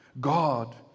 God